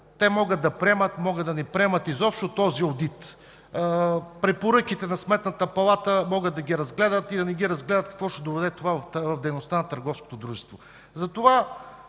те могат да приемат, могат да не приемат изобщо този одит, а препоръките на Сметната палата могат да ги разгледат и да не ги разгледат. До какво ще доведе това в дейността на търговското дружество?